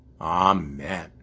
Amen